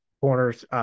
corners